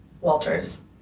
Walters